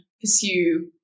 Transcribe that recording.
pursue